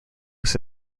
was